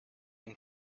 and